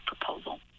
proposal